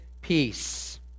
peace